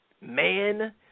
man